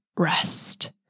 Rest